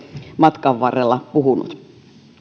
matkan varrella puhunut